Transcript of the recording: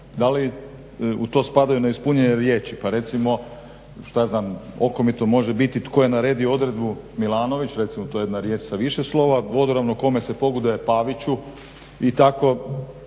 Da li u to spadaju neispunjene riječi pa recimo okomito može biti tko je naredio odredbu Milanović, recimo to je jedna riječ sa više slova, vodoravno kome se pogoduje Paviću i tako.